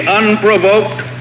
unprovoked